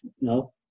No